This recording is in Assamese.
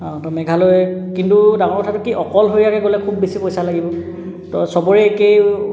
তো মেঘালয় কিন্তু ডাঙৰ কথাটো কি অকলশৰীয়াকৈ খুব বেছি পইচা লাগিব তো সবৰে একেই